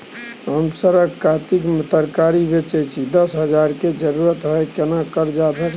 हम सरक कातिक में तरकारी बेचै छी, दस हजार के जरूरत हय केना कर्जा भेटतै?